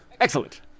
Excellent